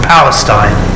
Palestine